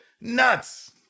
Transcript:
nuts